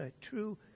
true